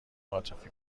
عاطفی